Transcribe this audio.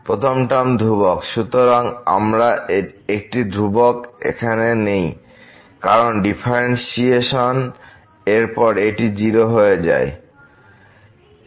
প্রথম টার্ম ধ্রুবক সুতরাং আমাদের একটি ধ্রুবক এখানে নেই কারণ ডিফারেন্টশিয়েশন এর পর এটি 0 হয়ে যায়